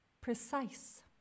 Precise